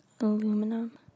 aluminum